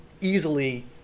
easily